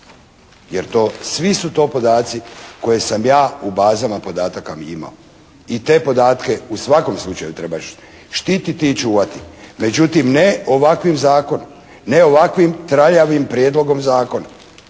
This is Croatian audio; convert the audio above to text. jer svi su to podaci koje sam ja u bazama podataka imao. I te podatke u svakom slučaju treba štititi i čuvati. Međutim, ne ovakvim zakonom, ne ovakvim traljavim prijedlogom zakona.